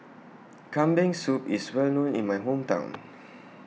Kambing Soup IS Well known in My Hometown